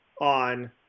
on